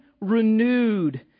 renewed